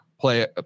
play